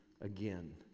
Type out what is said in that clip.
again